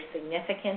significant